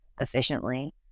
efficiently